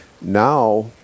now